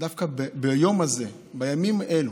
דווקא ביום הזה, בימים אלה,